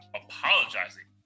apologizing